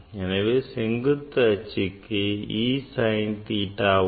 எனவே செங்குத்து அச்சுக்கு E sin theta வும்